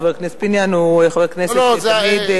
חבר הכנסת פיניאן הוא חבר כנסת שתמיד,